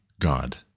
God